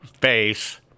face